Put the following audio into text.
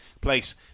place